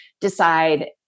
decide